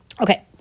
okay